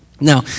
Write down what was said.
Now